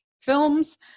films